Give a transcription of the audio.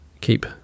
keep